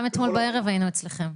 גם אתמול בערב היינו אצלכם.